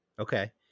Okay